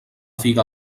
figa